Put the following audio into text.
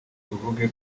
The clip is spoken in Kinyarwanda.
tuvuge